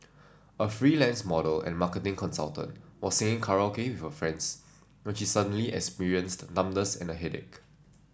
a freelance model and marketing consultant was singing karaoke with her friends when she suddenly experienced numbness and a headache